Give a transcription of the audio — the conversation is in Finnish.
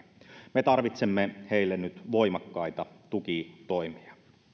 me tarvitsemme heille nyt voimakkaita tukitoimia